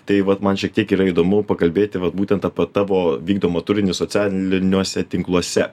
tai vat man šiek tiek yra įdomu pakalbėti vat būtent apie tavo vykdomą turinį socialiniuose tinkluose